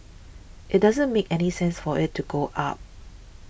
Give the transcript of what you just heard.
it doesn't make any sense for it to go up